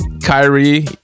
Kyrie